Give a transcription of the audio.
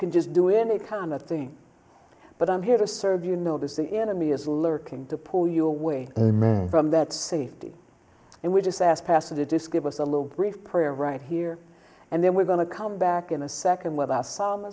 can just do any kind of thing but i'm here to serve you notice the enemy is lurking to pull you away from that safety and we just asked passage it is give us a little brief prayer right here and then we're going to come back in a second w